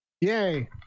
Yay